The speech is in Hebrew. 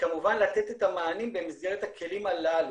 וכמובן לתת את המענים במסגרת הכלים הללו.